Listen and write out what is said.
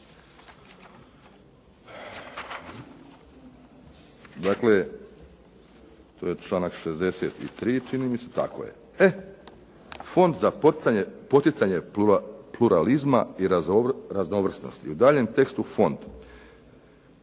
Dakle, to je članak 63. Fond za poticanje pluralizma i raznovrsnosti, u daljnjem tekstu fond.